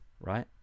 right